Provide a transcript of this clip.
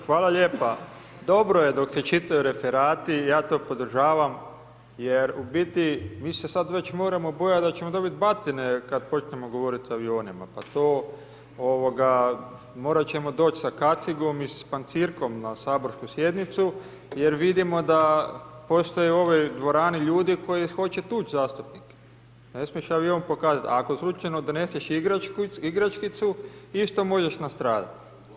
Hvala lijepa, dobro je dok se čitaju referati ja to podržavam jer u biti mi se sad već moramo bojat da ćemo dobit batine kad počnemo govorit o avionima, pa to ovoga morat ćemo doći sa kacigom i s pancirkom na saborsku sjednicu jer vidimo da postoje u ovoj dvorani ljudi koji hoće tuć zastupnike ne smiješ avion pokazat, a ako slučajno doneseš igračku, igračkicu isto možeš nastradat.